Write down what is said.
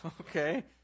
Okay